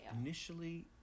initially